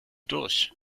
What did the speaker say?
durch